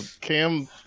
Cam